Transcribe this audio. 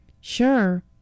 Sure